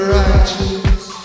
righteous